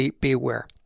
beware